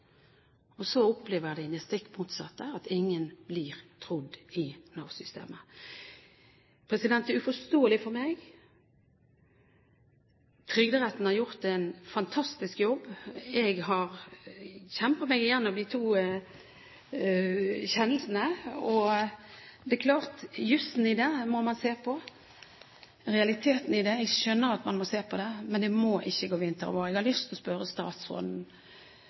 gjøre. Så opplever de det stikk motsatte, at ingen blir trodd i Nav-systemet. Det er uforståelig for meg. Trygderetten har gjort en fantastisk jobb. Jeg har kjempet meg igjennom de to kjennelsene, og det er klart at jusen i det må man se på, realiteten i det skjønner jeg at man må se på, men det må ikke gå vinter og vår. Jeg har lyst til å spørre statsråden: